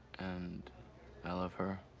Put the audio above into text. and i love her.